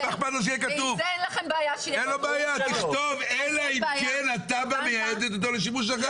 תכתוב, אלא אם כן התב"ע מייעדת אותו לשימוש אחר.